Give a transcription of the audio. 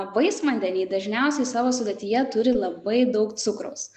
vaisvandeniai dažniausiai savo sudėtyje turi labai daug cukraus